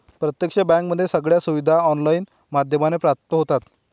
प्रत्यक्ष बँकेमध्ये सगळ्या सुविधा ऑनलाईन माध्यमाने प्राप्त होतात